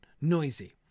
Noisy